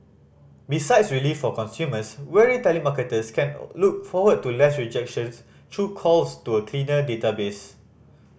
besides relief for consumers weary telemarketers can look forward to less rejections through calls to a cleaner database